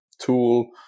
tool